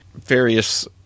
various